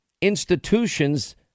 institutions